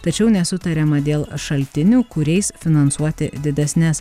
tačiau nesutariama dėl šaltinių kuriais finansuoti didesnes